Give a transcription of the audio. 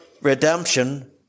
Redemption